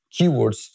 keywords